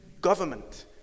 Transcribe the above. government